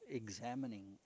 examining